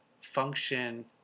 function